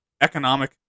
economic